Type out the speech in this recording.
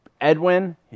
Edwin